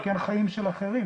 כי אתה מסכן חיים של אחרים.